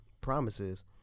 promises